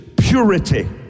purity